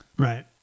Right